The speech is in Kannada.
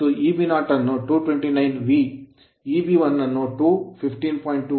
ಮತ್ತು Eb0 ಅನ್ನು 229ವಿ Eb1 ಅನ್ನು 215